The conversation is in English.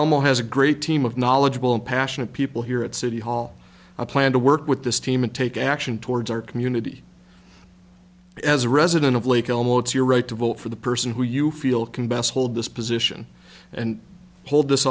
elmo has a great team of knowledgeable and passionate people here at city hall i plan to work with this team and take action towards our community as a resident of lake elmo it's your right to vote for the person who you feel can best hold this position and hold this